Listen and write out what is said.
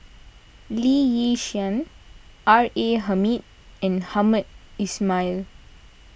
Lee Yi Shyan R A Hamid and Hamed Ismail